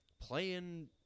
playing